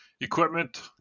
equipment